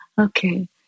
okay